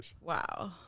Wow